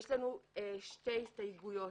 יש לנו שתי הסתייגויות